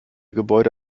gebäude